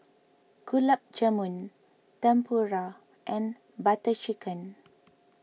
Gulab Jamun Tempura and Butter Chicken